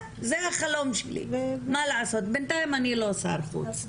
זה החלום שלי, מה לעשות, בינתיים אני לא שר חוץ.